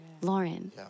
Lauren